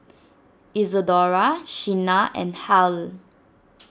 Isadora Shenna and Hal